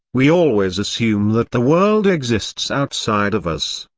we always assume that the world exists outside of us.